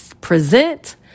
present